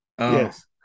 Yes